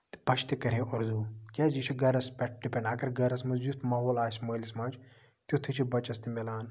بَچہٕ تہِ کرِ ہا اُردوٗ کیازِ یہِ چھُ گَرس پٮ۪ٹھ ڈِپینڈ اَگر گرَس منٛز یُتھ ماحول آسہِ مٲلِس ماجہِ تِتھُے چھُ بَچَس تہِ میلان